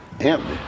Empty